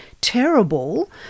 terrible